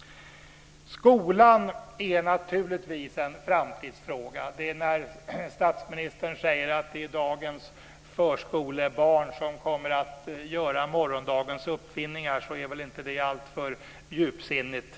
Skolan är naturligtvis en framtidsfråga. När statsministern säger att det är dagens förskolebarn som kommer att göra morgondagens uppfinningar så är väl inte det alltför djupsinnigt.